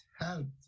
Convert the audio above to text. helped